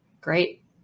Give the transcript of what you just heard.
Great